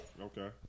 okay